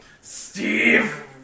Steve